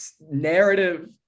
narrative